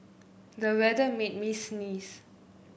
the weather made me sneeze